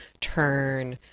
turn